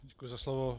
Děkuji za slovo.